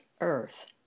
earth